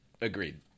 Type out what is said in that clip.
agreed